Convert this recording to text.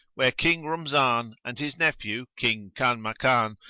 where king rumzan and his nephew, king kanmakan,